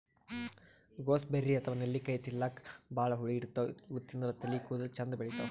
gooseberry ಅಥವಾ ನೆಲ್ಲಿಕಾಯಿ ತಿಲ್ಲಕ್ ಭಾಳ್ ಹುಳಿ ಇರ್ತವ್ ಇವ್ ತಿಂದ್ರ್ ತಲಿ ಕೂದಲ ಚಂದ್ ಬೆಳಿತಾವ್